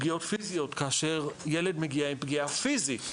פגיעות פיזיות כאשר ילד מגיע עם פגיעה פיזית.